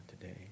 today